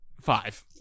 five